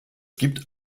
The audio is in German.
gibt